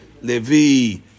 Levi